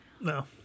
No